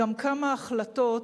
גם כמה החלטות,